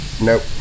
Nope